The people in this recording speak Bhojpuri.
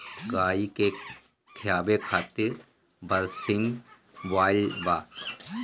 गाई के खियावे खातिर बरसिंग बोआइल बा